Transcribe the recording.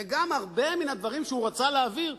וגם הרבה מן הדברים שהוא רצה להעביר,